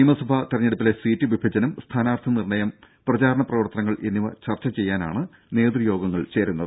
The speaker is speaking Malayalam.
നിയമസഭാ തെരഞ്ഞെടുപ്പിലെ സീറ്റ് വിഭജനം സ്ഥാനാർത്ഥി നിർണയം പ്രചാരണ പ്രവർത്തനങ്ങൾ എന്നിവ ചർച്ചചെയ്യാനാണ് നേത്വയോഗങ്ങൾ ചേരുന്നത്